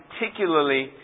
particularly